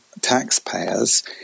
taxpayers